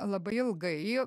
labai ilgai